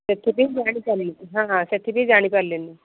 ସେଥିପାଇଁ ଜାଣି ପାରିଲିନି ହଁ ସେଥିପାଇଁ ଜାଣି ପାରିଲିନି